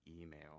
email